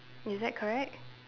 is that correct